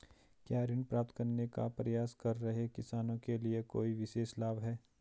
क्या ऋण प्राप्त करने का प्रयास कर रहे किसानों के लिए कोई विशेष लाभ हैं?